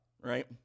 right